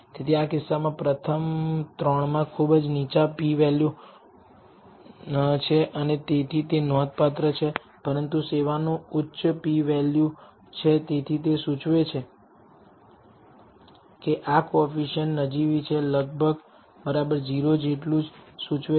તેથી આ કિસ્સામાં પ્રથમ ત્રણમાં ખૂબ જ નીચા p વેલ્યુ છે અને તેથી તે નોંધપાત્ર છે પરંતુ સેવાનું ઉચ્ચ p વેલ્યુ છે તેથી તે સૂચવે છે કે આ કોએફીસીએંટ નજીવી છે લગભગ 0 જેટલું જ આ સૂચવે છે